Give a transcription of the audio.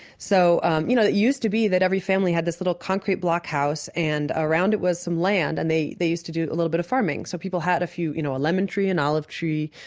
so um you know, it used to be that every family had this little concrete block house and around it was some land and they they used to do a little bit of farming. so people had, you know, a lemon tree, an olive tree,